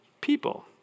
people